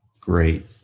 Great